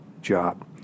job